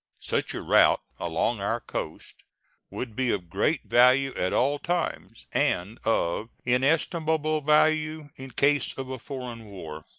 such a route along our coast would be of great value at all times, and of inestimable value in case of a foreign war.